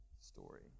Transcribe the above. story